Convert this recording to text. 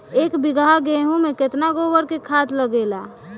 एक बीगहा गेहूं में केतना गोबर के खाद लागेला?